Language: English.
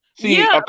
see